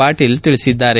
ಪಾಟೀಲ್ ಹೇಳಿದ್ದಾರೆ